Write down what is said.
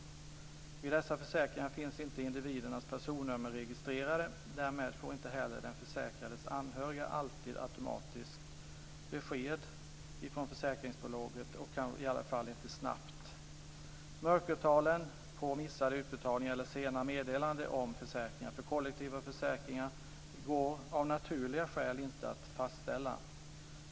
Vid dessa försäkringar finns inte individernas personnummer registrerade. Därmed får inte heller den försäkrades anhöriga alltid automatiskt besked från försäkringsbolaget, och i varje fall inte snabbt. Mörkertalen på missade utbetalningar eller sena meddelanden om försäkringar för kollektiva försäkringar går av naturliga skäl inte att fastställa.